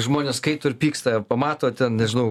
žmonės skaito ir pyksta pamato ten nežinau